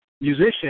musician